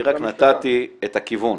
אני רק נתתי את הכיוון.